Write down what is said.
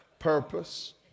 Purpose